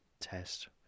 test